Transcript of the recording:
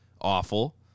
awful